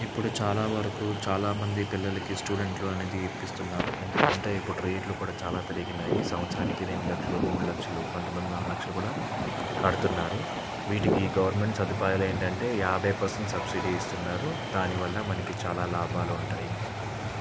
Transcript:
ఇప్పుడు చాలా వరకు చాలా మంది పిల్లలకి స్టూడెంట్లు అనేది ఇప్పిస్తున్నారు అంటే ఇప్పుడు రేట్లు కూడా చాలా పెరిగినాయి సంవత్సరానికి రెండు లక్షలు మూడు లక్షలు కొంతమంది నాలుగు లక్షలు కూడా కడుతున్నారు వీటికి గవర్నమెంట్ సదుపాయాలు ఏంటంటే యాభై పర్సెంట్ సబ్సిడీ ఇస్తున్నారు దానివల్ల మనకి చాలా లాభాలు ఉంటాయి